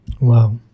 Wow